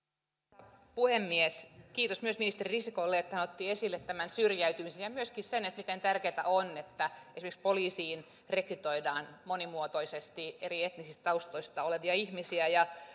arvoisa puhemies kiitos myös ministeri risikolle että hän otti esille tämän syrjäytymisen ja myöskin sen miten tärkeätä on että esimerkiksi poliisiin rekrytoidaan monimuotoisesti eri etnisistä taustoista olevia ihmisiä ja